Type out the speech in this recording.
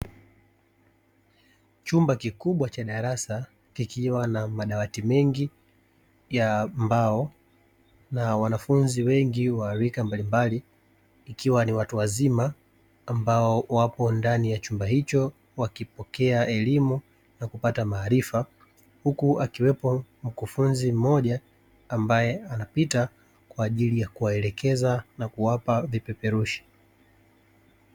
Chumba kikubwa cha darasa kikiwa na madawati mengi ya mbao, na wanafunzi wengi wa rika mbalimbali ikiwa ni watu wazima ambao wapo ndani ya chumba hicho wakipokea elimu na kupata maarifa; huku akiwepo mkufunzi mmoja ambaye anapita kwa ajili ya kuwaelekeza na kuwapa vipeperushi.